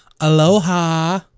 aloha